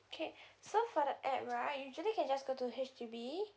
okay so for the app right usually can just go to H_D_B